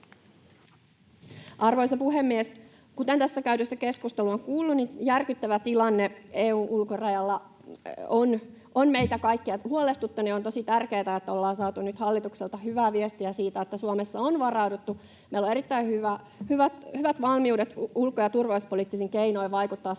Arvoisa puhemies! Kuten tässä käydyssä keskustelussa on kuultu, niin järkyttävä tilanne EU:n ulkorajalla on meitä kaikkia huolestuttanut, ja on tosi tärkeätä, että ollaan saatu nyt hallitukselta hyvää viestiä siitä, että Suomessa on varauduttu. Meillä on erittäin hyvät valmiudet ulko‑ ja turvallisuuspoliittisin keinoin vaikuttaa